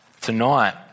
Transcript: Tonight